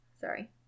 Sorry